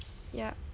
yup